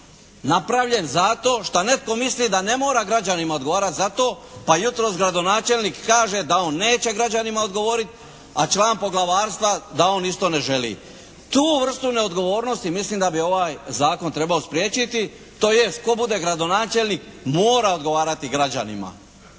napravljen zato što netko misli da ne mora građanima odgovarati za to pa jutros gradonačelnik kaže da on neće građanima odgovoriti a član poglavarstva da on isto ne želi. Tu vrstu neodgovornosti mislim da bi ovaj zakon trebao spriječiti, tj. tko bude gradonačelnik mora odgovarati građanima